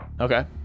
Okay